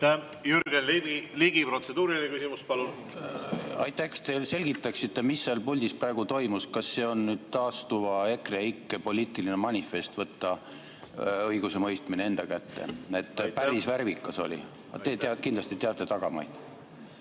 Jürgen Ligi, protseduuriline küsimus, palun! Aitäh! Kas te selgitaksite, mis seal puldis praegu toimus? Kas see on nüüd taastuva EKREIKE poliitiline manifest võtta õigusemõistmine enda kätte? Päris värvikas oli. Te kindlasti teate tagamaid.